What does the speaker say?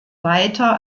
weiter